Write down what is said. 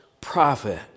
prophet